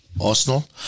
Arsenal